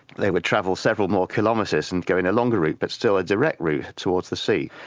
they would travel several more kilometres and go in a longer route, but still a direct route towards the sea.